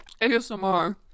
ASMR